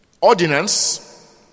ordinance